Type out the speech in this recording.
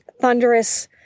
thunderous